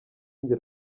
njye